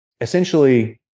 essentially